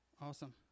Awesome